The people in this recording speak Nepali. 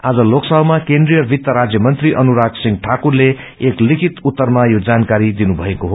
आज लोकसभामा केन्द्रि वित्त राज्यमंत्री अनुराग सिंह ठाकुरले एक लिखित उत्तरमा यो जानकारी दिनुभएको हो